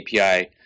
API